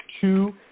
Two